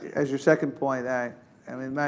as your second point, i mean, like